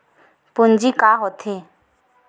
पूंजी का होथे?